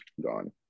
gone